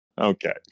Okay